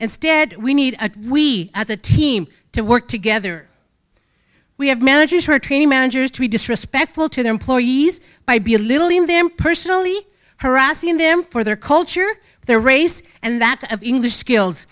instead we need a we as a team to work together we have managers for training managers to be disrespectful to their employees by be a little in them personally harassing them for their culture their race and that of english skills